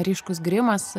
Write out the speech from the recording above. ryškus grimas